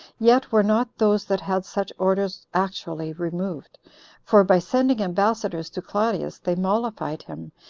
yet were not those that had such orders actually removed for by sending ambassadors to claudius, they mollified him,